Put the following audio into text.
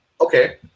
Okay